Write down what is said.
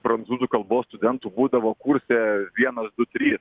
prancūzų kalbos studentų būdavo kurse vienas du trys